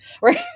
right